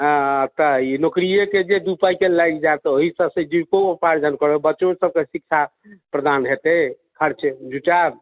तऽ ई नौकरीयेके जे दू पाइके लागि जाय तऽ ओहिसँ से जीविको ऊपार्जन करब बच्चो सबकेँ शिक्षा प्रदान होयतै खर्च जुटाएब